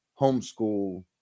homeschool